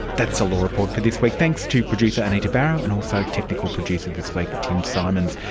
that's the law report for this week. thanks to producer anita barraud, and also technical producer this week tim symonds.